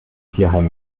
tierheim